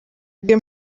bwe